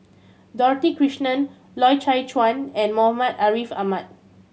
Dorothy Krishnan Loy Chye Chuan and Muhammad Ariff Ahmad